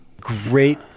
Great